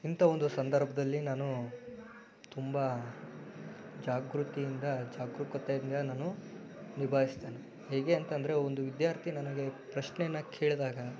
ಇಂಥ ಒಂದು ಸಂದರ್ಭದಲ್ಲಿ ನಾನು ತುಂಬ ಜಾಗೃತಿಯಿಂದ ಜಾಗರೂಕತೆಯಿಂದ ನಾನು ನಿಭಾಯಿಸುತ್ತೇನೆ ಹೇಗೆ ಅಂತಂದರೆ ಒಂದು ವಿದ್ಯಾರ್ಥಿ ನನಗೆ ಪ್ರಶ್ನೆಯನ್ನು ಕೇಳಿದಾಗ